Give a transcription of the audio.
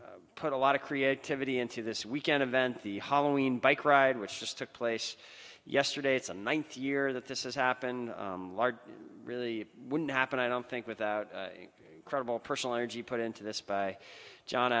they put a lot of creativity into this weekend event the hollowing bike ride which just took place yesterday it's a ninth year that this is happening really wouldn't happen i don't think without a credible personal energy put into this by john